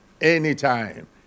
anytime